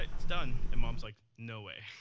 it's done. and mom's like, no way.